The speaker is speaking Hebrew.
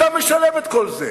אתה משלם את כל זה.